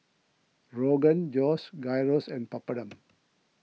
Rogan Josh Gyros and Papadum